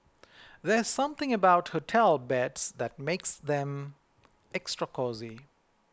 there's something about hotel beds that makes them extra cosy